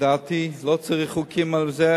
לדעתי לא צריך חוקים לזה,